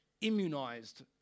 immunized